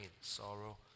sorrow